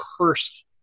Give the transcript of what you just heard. cursed